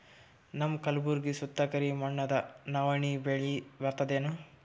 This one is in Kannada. ನಮ್ಮ ಕಲ್ಬುರ್ಗಿ ಸುತ್ತ ಕರಿ ಮಣ್ಣದ ನವಣಿ ಬೇಳಿ ಬರ್ತದೇನು?